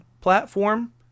platform